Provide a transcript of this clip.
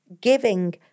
giving